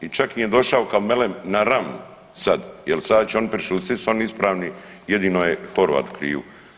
I čak mi je došao kao melem na ranu sad jer sada će ono prešutjet svi su oni ispravni jedino je Horvat u krivu.